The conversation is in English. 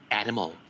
animal